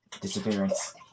Disappearance